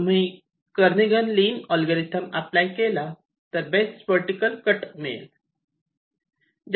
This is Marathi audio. तुम्ही केर्निघन लिन एल्गोरिदम अप्लाय केला तर बेस्ट वर्टीकल कट मिळेल